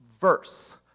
verse